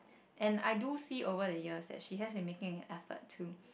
and I do see over the years that she has been making effort too